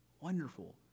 Wonderful